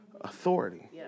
authority